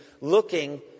looking